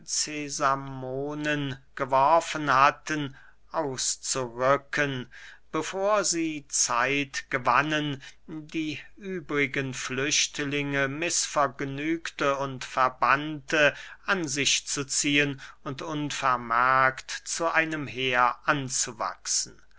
geworfen hatten auszurücken bevor sie zeit gewannen die übrigen flüchtlinge mißvergnügte und verbannte an sich zu ziehen und unvermerkt zu einem heer anzuwachsen